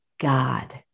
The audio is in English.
God